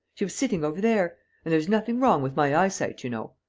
she was sitting over there. and there's nothing wrong with my eyesight, you know.